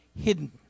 Hidden